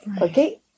Okay